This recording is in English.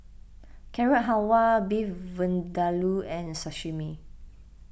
Carrot Halwa Beef Vindaloo and Sashimi